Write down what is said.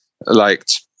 liked